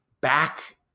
back